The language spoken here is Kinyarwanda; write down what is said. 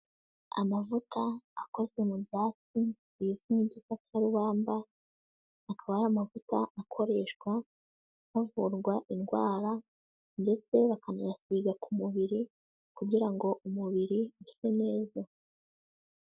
Amavuta akozwe mu byatsi bizwi nk'igikakarubamba, akaba ari amavuta akoreshwa havurwa indwara ndetse bakanayasiga ku mubiri kugira ngo umubiri use neza.